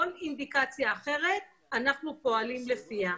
כל אינדיקציה אחרת, אנחנו פועלים לפיה.